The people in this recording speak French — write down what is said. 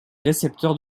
récepteurs